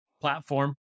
platform